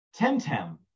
Temtem